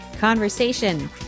Conversation